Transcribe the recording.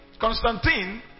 Constantine